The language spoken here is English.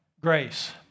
grace